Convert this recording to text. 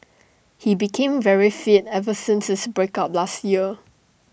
he became very fit ever since his break up last year